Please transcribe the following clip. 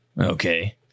Okay